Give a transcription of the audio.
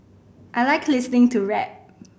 I like listening to rap